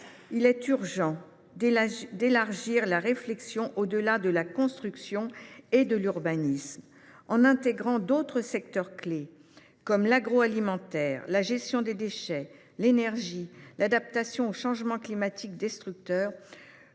Il est urgent d’élargir la réflexion, au delà de la construction et de l’urbanisme, à d’autres secteurs clés que sont l’agroalimentaire, la gestion des déchets, l’énergie, l’adaptation au changement climatique, dont les